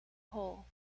hole